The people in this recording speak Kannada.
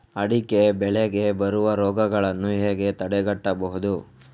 ಅಡಿಕೆ ಬೆಳೆಗೆ ಬರುವ ರೋಗಗಳನ್ನು ಹೇಗೆ ತಡೆಗಟ್ಟಬಹುದು?